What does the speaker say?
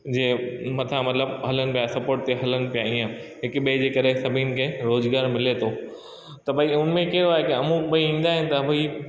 जे मथां मतिलब हलन पिया सपोर्ट ते हलनि पिया ईअं हिक ॿिए जे करे सभई खे रोजगार मिले थो त भई उनमें केओ आहे अमुक भाई ईंदा आहिनि त भई